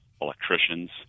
electricians